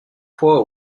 fois